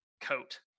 coat